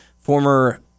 former